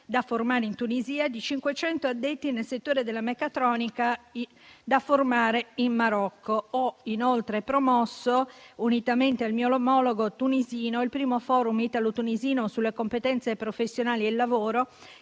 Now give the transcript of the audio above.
da formare in Tunisia, e di 500 addetti al settore della meccatronica, da formare in Marocco. Ho inoltre promosso, unitamente al mio omologo tunisino, il primo Forum italo-tunisino sulle competenze professionali e il lavoro,